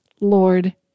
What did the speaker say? Lord